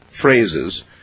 phrases